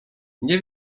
nie